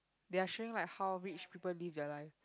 they are showing like how rich people live their live